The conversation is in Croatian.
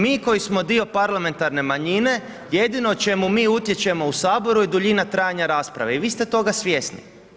Mi koji smo parlamentarne manjine jedino ćemo, mi utječemo u Saboru i duljina trajanja rasprave i vi ste toga svjesni.